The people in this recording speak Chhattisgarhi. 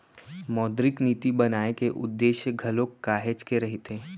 मौद्रिक नीति बनाए के उद्देश्य घलोक काहेच के रहिथे